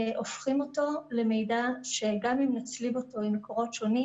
הופכים אותו למידע שגם אם נצליב אותו עם מקורות שונים